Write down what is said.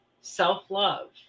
self-love